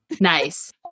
nice